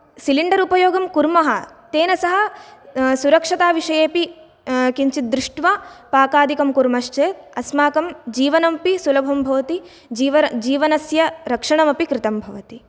cylinder उपयोगं कुर्मः तेन सह सुरक्षताविषये अपि किञ्चिद् दृष्ट्वा पाकादिं कुर्मश्चेद् अस्माकं जीवनमपि सुलभं भवति जीवनस्य रक्षणम् अपि कृतं भवति